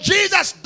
Jesus